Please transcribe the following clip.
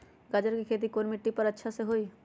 गाजर के खेती कौन मिट्टी पर समय अच्छा से होई?